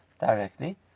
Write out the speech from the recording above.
directly